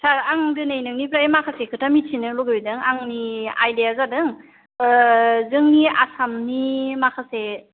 सार आं दिनै नोंनिफ्राय माखासे खोथा मिथिनो लुबैदों आंनि आयदाया जादों जोंनि आसामनि माखासे